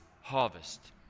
harvest